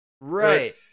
Right